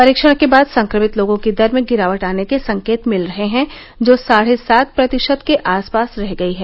परीक्षण के बाद संक्रमित लोगों की दर में गिरावट आने के संकेत मिल रहे हैं जो साढ़े सात प्रतिशत के आस पास रह गई है